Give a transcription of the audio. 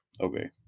Okay